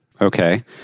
Okay